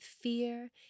fear